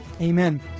Amen